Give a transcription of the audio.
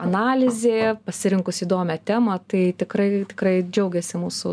analizė pasirinkus įdomią temą tai tikrai tikrai džiaugiasi mūsų